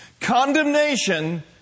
Condemnation